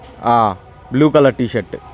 blue colour T shirt